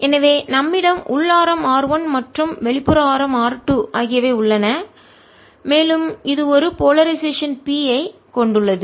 எனவே நம்மிடம் உள் ஆரம் R1 மற்றும் வெளிப்புற ஆரம் R 2 ஆகியவை உள்ளன மேலும் இது ஒரு போலரைசேஷன் P ஐ துருவமுனைப்பு கொண்டுள்ளது